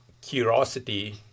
curiosity